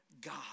God